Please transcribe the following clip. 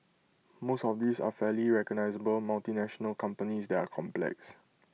most of these are fairly recognisable multinational companies that are complex